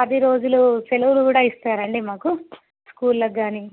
పది రోజులు సెలవులు కూడా ఇస్తారు అండి మాకు స్కూళ్ళకి కానీ